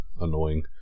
annoying